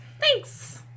Thanks